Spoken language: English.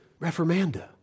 Reformanda